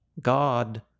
God